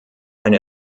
eine